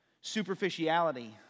superficiality